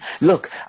Look